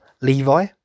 Levi